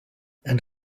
and